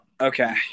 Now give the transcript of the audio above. okay